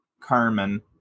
Carmen